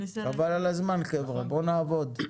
חבל על הזמן, בואו נעבוד.